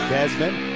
Desmond